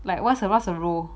like what's the what's the role